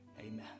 amen